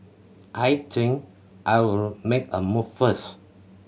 I think I'll make a move first